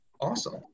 awesome